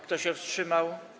Kto się wstrzymał?